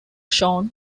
shown